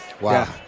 Wow